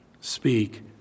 speak